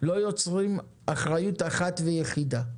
לא יוצרים אחריות אחת ויחידה.